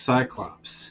Cyclops